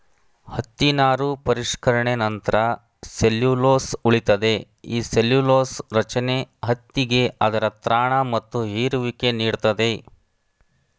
ಹತ್ತಿ ನಾರು ಪರಿಷ್ಕರಣೆ ನಂತ್ರ ಸೆಲ್ಲ್ಯುಲೊಸ್ ಉಳಿತದೆ ಈ ಸೆಲ್ಲ್ಯುಲೊಸ ರಚನೆ ಹತ್ತಿಗೆ ಅದರ ತ್ರಾಣ ಮತ್ತು ಹೀರುವಿಕೆ ನೀಡ್ತದೆ